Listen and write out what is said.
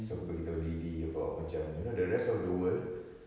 so aku bagi tahu deedee about macam you know the rest of the world